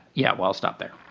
yeah, well, stop there